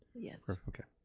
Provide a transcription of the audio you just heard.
yes. okay,